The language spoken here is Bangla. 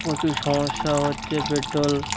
প্রচুর সমস্যা হচ্ছে পেট্রোল